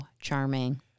charming